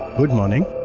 good morning.